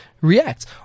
react